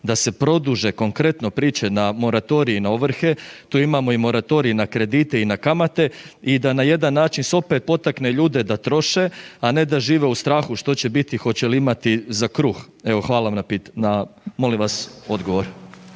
da se produže konkretno priče na moratorij na ovrhe, tu imamo i moratorij na kredite i na kamate i da na jedan način se opet potakne ljude da troše, a ne da žive u strahu što će biti, hoće li imati za kruh? Evo, hvala vam na, na, molim vas odgovor.